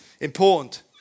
Important